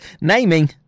Naming